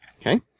Okay